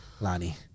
Lonnie